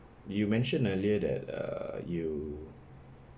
you mentioned earlier that err you